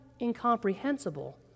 incomprehensible